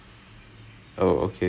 apparently